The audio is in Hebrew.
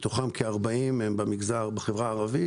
מתוכם כ-40 בחברה הערבית,